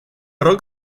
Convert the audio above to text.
rog